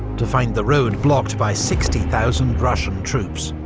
to find the road blocked by sixty thousand russian troops,